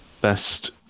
best